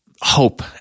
hope